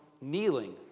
kneeling